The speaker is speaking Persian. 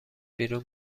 بیرون